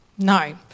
No